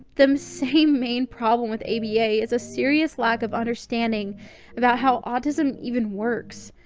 the um same main problem with aba is a serious lack of understanding about how autism even works.